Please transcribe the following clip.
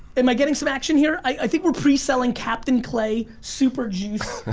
am i getting some action here? i think we're pre-selling captain clay super juice